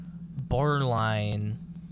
borderline